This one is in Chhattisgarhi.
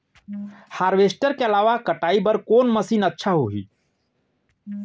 हारवेस्टर के अलावा कटाई बर कोन मशीन अच्छा होही?